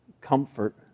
comfort